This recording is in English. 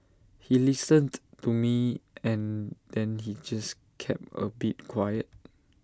he listened to me and then he just kept A bit quiet